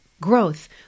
Growth